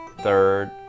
third